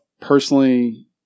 Personally